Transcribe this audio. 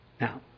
Now